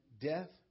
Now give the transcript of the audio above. death